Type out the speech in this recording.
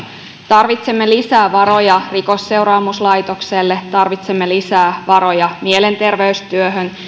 tarvitsemme lisää varoja rikosseuraamuslaitokselle tarvitsemme lisää varoja mielenterveystyöhön